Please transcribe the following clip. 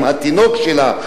עם התינוק שלה,